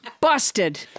Busted